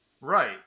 Right